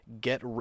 get